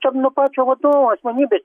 čia nuo pačio vadovo asmenybės